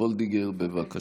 מיכאל מלכיאלי ועידית סילמן,